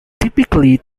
typically